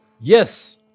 yes